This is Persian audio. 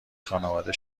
خانواده